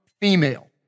female